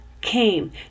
came